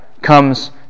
comes